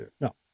No